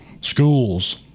Schools